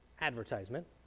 advertisement